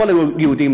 לכל היהודים,